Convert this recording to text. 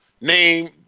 name